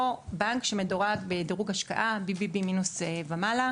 בבנק שמדורג בדירוג השקעה BBB מינוס ומעלה.